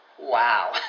Wow